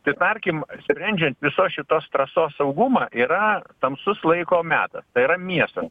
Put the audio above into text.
tai tarkim sprendžiant visos šitos trasos saugumą yra tamsus laiko metas tai yra miestas